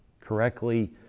correctly